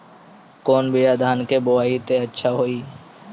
कौन बिया धान के बोआई त अच्छा होई?